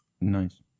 Nice